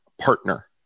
partner